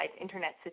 Internet